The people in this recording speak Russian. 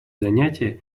занятия